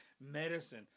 Medicine